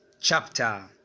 chapter